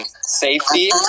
safety